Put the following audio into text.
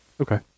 okay